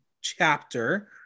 chapter